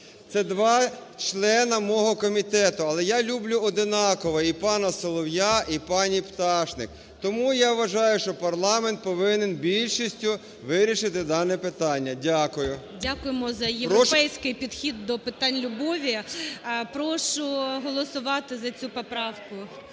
Це два члени мого комітету, але я люблю однаково і пана Солов'я, і пані Пташник. Тому я вважаю, що парламент повинен більшістю вирішити дане питання. Дякую. ГОЛОВУЮЧИЙ. Дякуємо за європейський підхід до питань любові. Прошу голосувати за цю поправку.